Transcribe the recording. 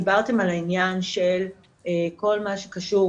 דיברתם על העניין של כל מה שקשור